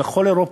בכל אירופה,